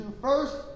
first